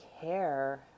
care